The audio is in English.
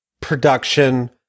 production